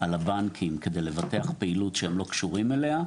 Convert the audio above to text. על הבנקים כדי לבטח פעילות שהם לא קשורים אליה,